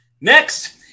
Next